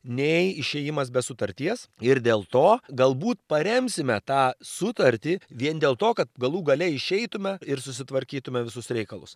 nei išėjimas be sutarties ir dėl to galbūt paremsime tą sutartį vien dėl to kad galų gale išeitume ir susitvarkytume visus reikalus